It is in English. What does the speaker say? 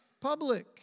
public